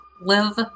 live